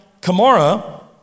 Kamara